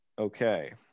Okay